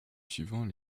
suivant